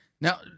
Now